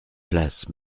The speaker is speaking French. place